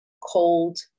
cold